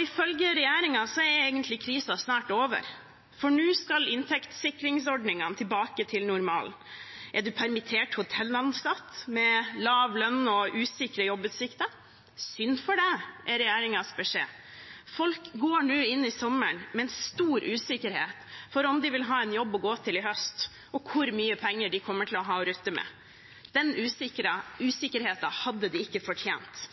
Ifølge regjeringen er krisen snart over, for nå skal inntektssikringsordningene tilbake til normalen. Er du permittert hotellansatt med lav lønn og usikre jobbutsikter – synd for deg, er regjeringens beskjed. Folk går nå inn i sommeren med en stor usikkerhet for om de vil ha en jobb å gå til i høst og hvor mye penger de kommer til å ha å rutte med. Den usikkerheten har de ikke fortjent.